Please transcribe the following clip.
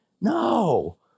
No